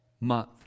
month